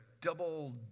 double